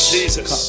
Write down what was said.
Jesus